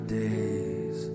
days